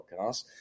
podcast